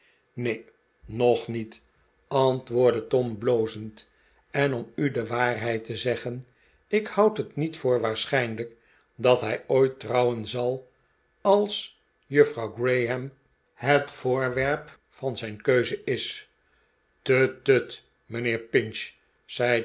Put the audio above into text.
neen nog niet antwoordde tom blozend en om u de waarheid te zeggen ik houd het niet voor waarschijnlijk dat hij ooit trouwen zal als juffrouw graham het voorwerp van zijn keuze is tut tut mijnheer pinch